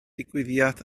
digwyddiad